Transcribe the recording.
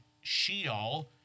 sheol